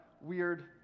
weird